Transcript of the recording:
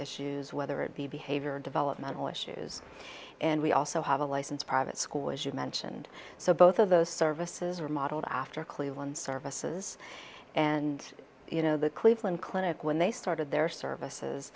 issues whether it be behavior developmental issues and we also have a licensed private school as you mentioned so both of those services are modeled after cleveland services and you know the cleveland clinic when they started their services